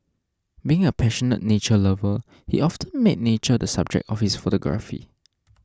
being a passionate nature lover he often made nature the subject of his photography